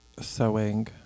sewing